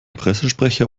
pressesprecher